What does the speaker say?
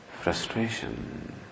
frustration